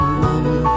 mama